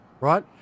right